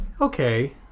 okay